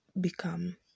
become